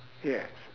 yes